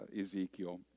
Ezekiel